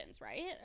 right